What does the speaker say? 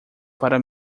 para